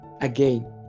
again